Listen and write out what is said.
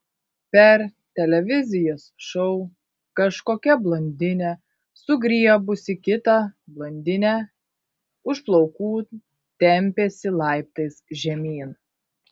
per televizijos šou kažkokia blondinė sugriebusi kitą blondinę už plaukų tempėsi laiptais žemyn